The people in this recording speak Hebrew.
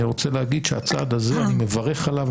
אני רוצה להגיד שאני מברך על הצעד הזה,